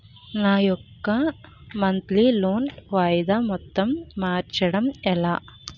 నా యెక్క monthly loan వాయిదా మొత్తం మార్చడం ఎలా?